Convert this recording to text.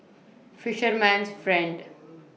Fisherman's Friend